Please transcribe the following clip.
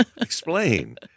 Explain